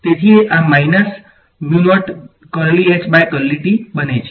તેથી આ માઇનસ બને છે